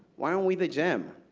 why aren't we the gem?